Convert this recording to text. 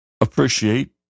appreciate